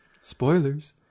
Spoilers